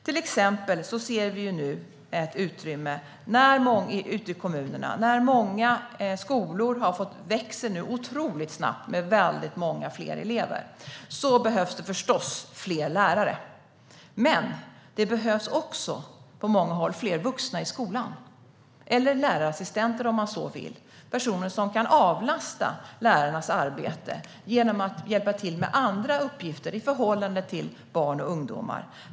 Vi ser nu till exempel ett utrymme ute i kommunerna. Många skolor växer nu otroligt snabbt när de får många fler elever. Då behövs det förstås fler lärare. Men det behövs också på många håll fler vuxna i skolan, eller lärarassistenter om man så vill, alltså personer som kan avlasta lärarna i deras arbete genom att hjälpa till med andra uppgifter i förhållande till barn och ungdomar.